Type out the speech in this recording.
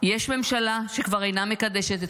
-- ולנו יש ממשלה שכבר אינה מקדשת את